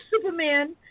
Superman